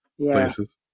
places